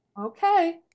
Okay